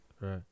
right